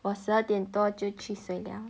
我十二点多就去睡了